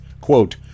quote